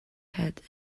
had